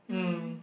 mm